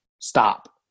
stop